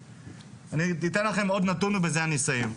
אני אתן לכם עוד נתון ובזה אני אסיים.